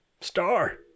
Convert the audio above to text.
Star